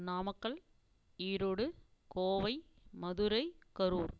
Namakkal Erode Kovai Madurai Karur